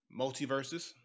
Multiverses